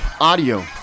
audio